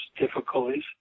difficulties